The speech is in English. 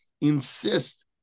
Insist